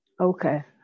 Okay